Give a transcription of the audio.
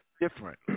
different